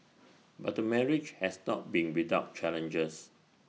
but the marriage has not been without challenges